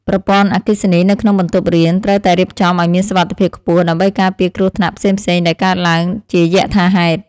ប្រព័ន្ធអគ្គិសនីនៅក្នុងបន្ទប់រៀនត្រូវតែរៀបចំឱ្យមានសុវត្ថិភាពខ្ពស់ ដើម្បីការពារគ្រោះថ្នាក់ផ្សេងៗដែលកើតឡើងជាយថាហេតុ។